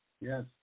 Yes